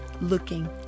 looking